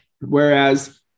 Whereas